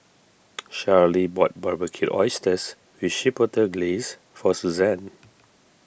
Charly bought Barbecued Oysters with Chipotle Glaze for Suzanne